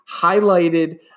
highlighted